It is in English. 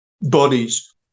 bodies